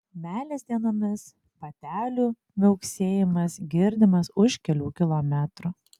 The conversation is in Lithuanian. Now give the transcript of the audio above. meilės dienomis patelių miauksėjimas girdimas už kelių kilometrų